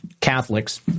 Catholics